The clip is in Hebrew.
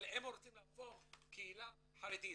אבל הם רוצים להפוך קהילה חרדית.